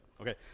Okay